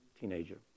teenager